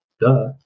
Duh